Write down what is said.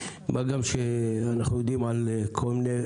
מה גם שאנחנו יודעים על כל מיני,